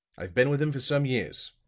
i've been with him for some years.